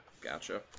gotcha